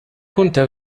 كنت